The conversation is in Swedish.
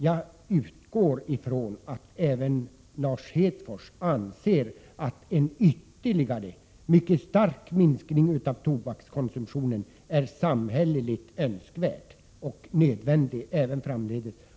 Jag utgår från att även Lars Hedfors anser att en ytterligare minskning av tobakskonsumtionen är samhälleligt önskvärd och nödvändig även framdeles.